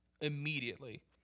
Immediately